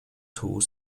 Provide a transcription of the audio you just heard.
tools